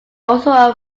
also